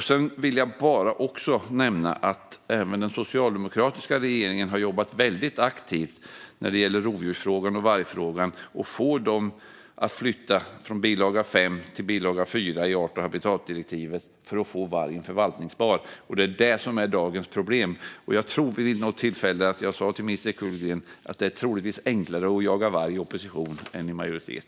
Jag vill också nämna att även den socialdemokratiska regeringen jobbade väldigt aktivt med rovdjurs och vargfrågan för att flytta den från bilaga 5 till bilaga 4 i art och habitatdirektivet så att vargen blir förvaltningsbar. Det är detta som är dagens problem. Jag tror att jag vid något tillfälle sa till minister Kullgren att det troligtvis är enklare att jaga varg i opposition än i majoritet.